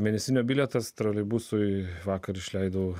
mėnesinio bilietas troleibusui vakar išleido